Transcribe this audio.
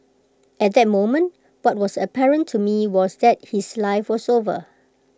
at that moment what was apparent to me was that his life was over